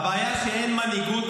הבעיה היא שאין מנהיגות